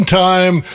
time